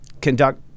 conduct